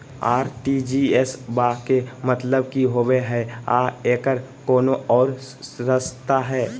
RTGS बा के मतलब कि होबे हय आ एकर कोनो और रस्ता?